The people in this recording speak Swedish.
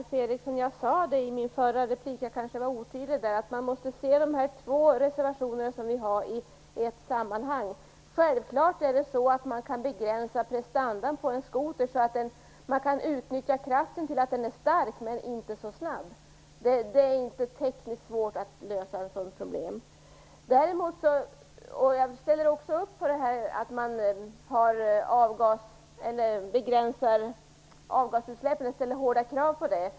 Fru talman! Alf Eriksson, jag kanske var otydlig i min förra replik men jag sade att våra två reservationer måste ses i ett sammanhang. Självfallet kan man begränsa prestandan på en skoter, så att styrkan kan utnyttjas utan att den för den skull är så snabb. Det är inga tekniska svårigheter att lösa ett sådant problem. Jag ställer upp på hårdare krav på avgasutsläppen.